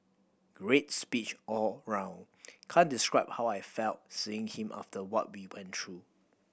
great speech all round can't describe how I felt seeing him after what we went through